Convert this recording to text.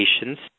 patients